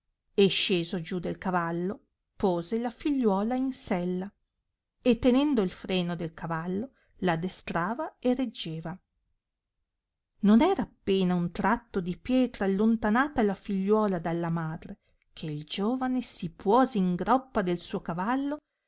e sceso giù del cavallo pose la figliuola in sella e tenendo il freno del cavallo la addestrava e reggeva non era appena un tratto di pietra allontanata la figliuola dalla madre che giovane si puose in groppa del suo cavallo